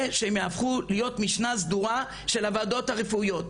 שהם יהפכו להיות משנה סדורה של הוועדות הרפואיות,